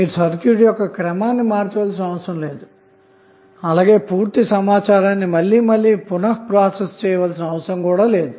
మీరు సర్క్యూట్ క్రమాన్నిమార్చవలసిన అవసరంలేదు అలాగే పూర్తి సమాచారాన్ని మళ్లీ మళ్లీ పునః ప్రాసెస్ చేయవలసిన అవసరం కూడా లేదు